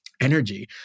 energy